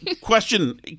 question